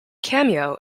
cameo